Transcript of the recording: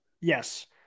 Yes